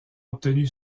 obtenu